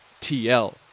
TL